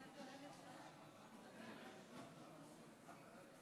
להלן תוצאות ההצבעה על הצעת חוק גדר הביטחון,